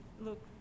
look